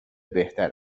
بهتر